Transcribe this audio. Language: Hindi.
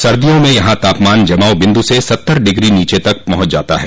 सर्दियों में यहां तापमान जमाव बिन्द् से सत्तर डिग्री तक नीचे पहुंच जाता है